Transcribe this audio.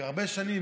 הרבה שנים.